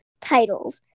titles